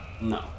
No